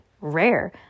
rare